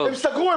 הן סגרו,